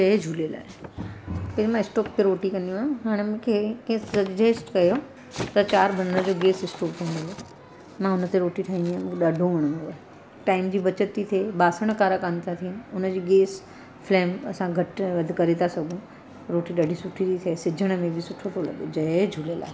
जय झूलेलाल पहिरीं मां इस्टोप ते रोटी कंदी हुयमि हाणे मूंखे कंहिं सजेस्ट कयो त चार बर्नर जो गैस इस्टोप खणी वञो मां हुन ते रोटी ठाहींदी आहियां मूंखे ॾाढो वणंदो आहे टाइम जी बचति थी थिए बासण कारा कान था थियनि उनजी गेस फ्लैम असां घटि वधि करे था सघूं रोटी ॾाढी सुठी थी थे सिझण में बी सुठो थो लॻे जय झूलेलाल